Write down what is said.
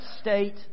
state